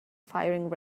firing